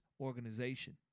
organization